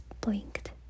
blinked